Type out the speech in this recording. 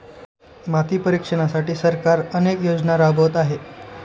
माती परीक्षणासाठी सरकार अनेक योजना राबवत आहे